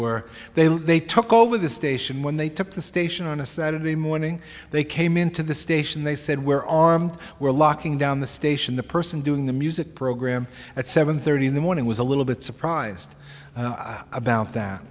were they were they took over the station when they took the station on a saturday morning they came into the station they said where are my we're locking down the station the person doing the music program at seven thirty in the morning was a little bit surprised about that